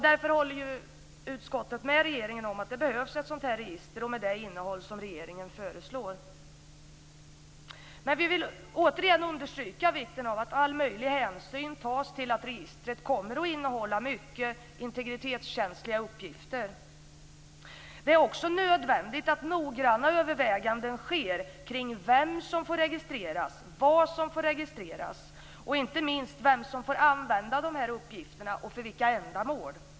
Därför håller utskottet med regeringen om att det behövs ett sådant här register och med det innehåll som regeringen föreslår. Men vi vill återigen understryka vikten av att all möjlig hänsyn tas till att registret kommer att innehålla mycket integritetskänsliga uppgifter. Det är också nödvändigt att noggranna överväganden sker kring vem som får registreras, vad som får registreras och inte minst vem som får använda uppgifterna och för vilka ändamål.